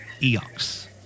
Eox